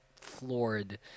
floored